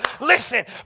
Listen